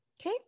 Okay